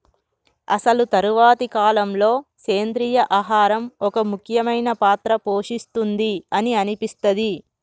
అసలు తరువాతి కాలంలో, సెంద్రీయ ఆహారం ఒక ముఖ్యమైన పాత్ర పోషిస్తుంది అని అనిపిస్తది